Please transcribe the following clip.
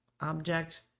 object